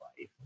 life